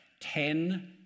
ten